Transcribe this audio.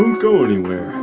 and go anywhere.